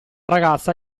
ragazza